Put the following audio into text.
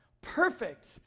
perfect